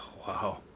Wow